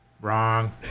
wrong